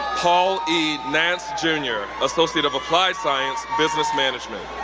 paul e. nance, jr, associate of applied science, business management.